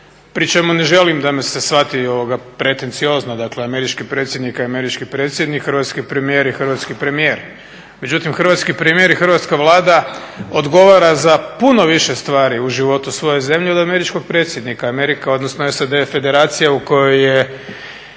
pri čemu ne želim da me se shvati pretenciozno. Dakle, američki predsjednik je američki predsjednik, hrvatski premijer je hrvatski premijer. Međutim, hrvatski premijer i hrvatska Vlada odgovara za puno više stvari u životu svoje zemlje od američkog predsjednika. Amerika, odnosno SAD je federacija u kojoj je